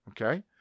okay